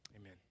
amen